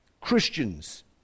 Christians